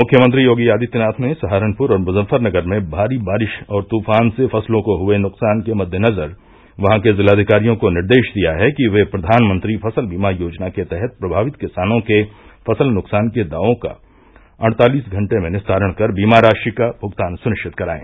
मुख्यमंत्री योगी आदित्यनाथ ने सहारनपुर और मुजफ्फरनगर में भारी बारिश और तूफान से फसलों को हुए नुकसान के मद्देनजर वहां के ज़िलाधिकारियों को निर्देश दिया है कि वे प्रधानमंत्री फसल बीमा योजना के तहत प्रभावित किसानों के फसल नुकसान के दावों का अड़तालीस घंटे में निस्तारण कर बीमा राशि का भुगतान सुनिश्चित करायें